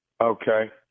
Okay